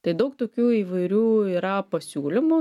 tai daug tokių įvairių yra pasiūlymų